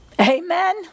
Amen